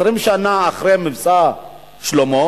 20 שנה אחרי "מבצע שלמה",